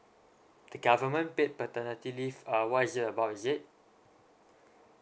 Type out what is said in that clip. the government paid paternity leave uh what is it about is it